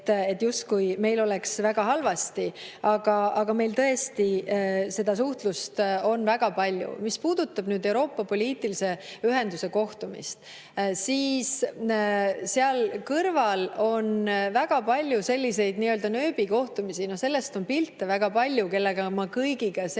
justkui meil oleks väga halvasti, aga meil tõesti seda suhtlust on väga palju. Mis puudutab Euroopa poliitilise ühenduse kohtumist, siis seal kõrval on väga palju selliseid nii-öelda nööbikohtumisi. Sellest on pilte väga palju, kellega ma kõigiga seal